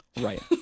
Right